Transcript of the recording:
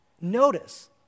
Notice